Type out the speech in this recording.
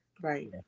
Right